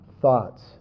thoughts